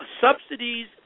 subsidies